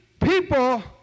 people